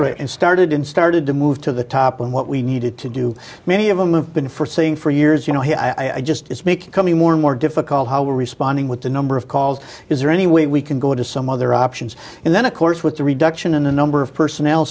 first rate and started and started to move to the top and what we needed to do many of them have been for saying for years you know i just it's becoming more and more difficult how we're responding with the number of calls is there any way we can go to some other options and then of course with the reduction in the number of personnel